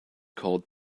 called